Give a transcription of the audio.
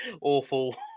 awful